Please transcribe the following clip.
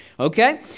Okay